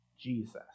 Jesus